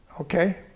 Okay